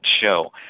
show